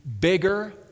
bigger